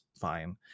fine